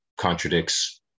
contradicts